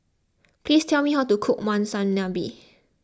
please tell me how to cook Monsunabe